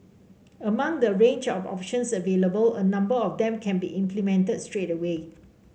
among the range of options available a number of them can be implemented straight away